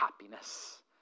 happiness